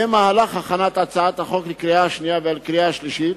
במהלך הכנת הצעת החוק לקריאה שנייה ולקריאה שלישית